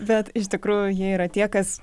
bet iš tikrųjų jie yra tie kas